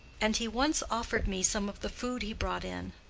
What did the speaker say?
and he once offered me some of the food he brought in,